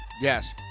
Yes